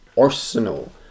Arsenal